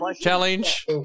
Challenge